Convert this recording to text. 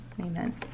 Amen